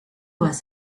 was